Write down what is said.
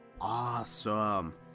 awesome